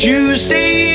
Tuesday